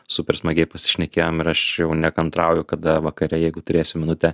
super smagiai pasišnekėjom ir aš jau nekantrauju kada vakare jeigu turėsiu minutę